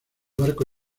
barco